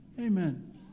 Amen